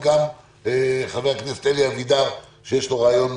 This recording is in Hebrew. וגם חבר הכנסת אלי אבידר, שיש לו רעיון,